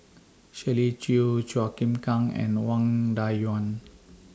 Shirley Chew Chua Chim Kang and Wang Dayuan